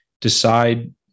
decide